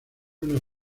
una